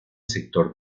sector